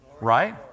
Right